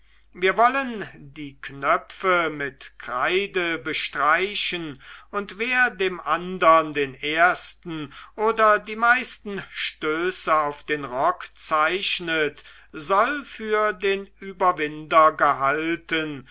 wir wollen die knöpfe mit kreide bestreichen und wer dem andern den ersten oder die meisten stöße auf den rock zeichnet soll für den überwinder gehalten